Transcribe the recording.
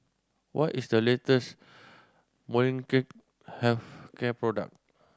what is the latest Molnylcke Health Care product